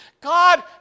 God